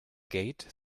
gate